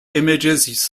images